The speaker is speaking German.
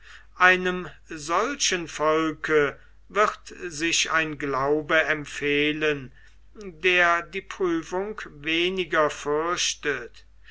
einem solchen volk wird sich ein glaube empfehlen der die prüfung weniger fürchtet